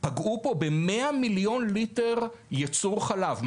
פגעו פה ב-100 מיליון ליטר יצור חלב.